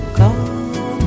call